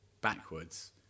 backwards